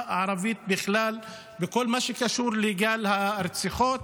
הערבית בכלל בכל מה שקשור לגל הרציחות,